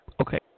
Okay